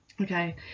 Okay